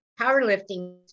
powerlifting